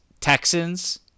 Texans